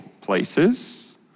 places